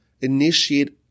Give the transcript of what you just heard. initiate